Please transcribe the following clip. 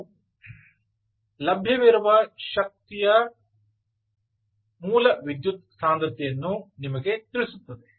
ಇದು ಲಭ್ಯವಿರುವ ಕಂಪನ ಶಕ್ತಿಯ ಮೂಲ ವಿದ್ಯುತ್ ಸಾಂದ್ರತೆಯನ್ನು ನಿಮಗೆ ತಿಳಿಸುತ್ತದೆ